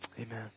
Amen